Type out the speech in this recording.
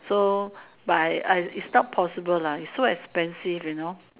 so by I it's not possible lah it's so expensive you know